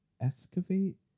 excavate